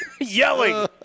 yelling